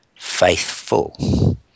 Faithful